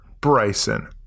Bryson